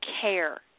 care